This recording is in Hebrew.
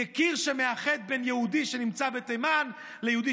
כקיר שמאחד בין יהודי שנמצא בתימן ויהודי